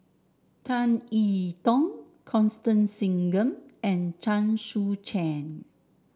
Tan I Tong Constance Singam and Chen Sucheng